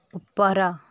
ଉପର